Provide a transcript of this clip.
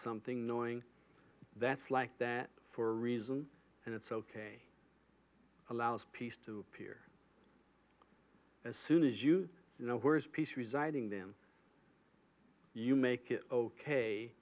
something knowing that's like that for a reason and it's ok allows peace to appear as soon as you know where is peace residing them you make it ok